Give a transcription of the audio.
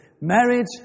Marriage